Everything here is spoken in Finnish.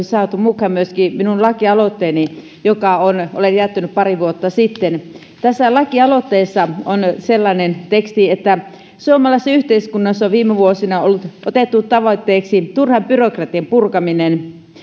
saatu mukaan myöskin minun lakialoitteeni jonka olen jättänyt pari vuotta sitten tässä lakialoitteessa on tällainen teksti suomalaisessa yhteiskunnassa on viime vuosina otettu tavoitteeksi turhan byrokratian purkaminen